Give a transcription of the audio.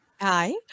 Hi